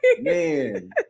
man